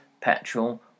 petrol